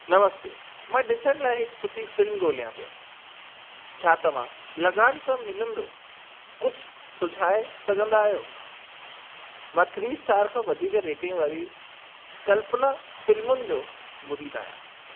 नमस्ते मां ॾिसण लाइ हिकु सुठी फिल्म ॻोल्हियां पियो छा तव्हां लगान सां मिलंदो कुझु सुझाए सघंदा आहियो मां थ्री स्टार खां वधीक रेटिंग वारी कल्पना फिल्मुनि जो मुरीदु आहियां